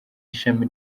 ishami